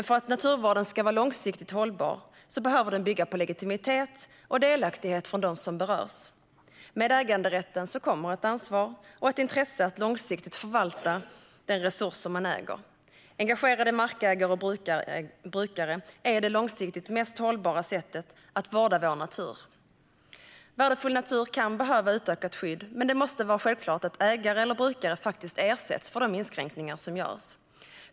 För att naturvården ska vara långsiktigt hållbar behöver den dock bygga på legitimitet och delaktighet från dem som berörs. Med äganderätten kommer ett ansvar och ett intresse av att långsiktigt förvalta den resurs man äger. Engagerade markägare och brukare är det långsiktigt mest hållbara sättet att vårda vår natur. Värdefull natur kan behöva utökat skydd, men det måste vara självklart att ägare eller brukare faktiskt ersätts för de inskränkningar som görs.